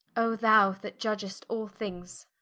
o thou that iudgest all things,